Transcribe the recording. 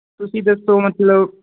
ਤੁਸੀਂ ਦੱਸੋ ਮਤਲਬ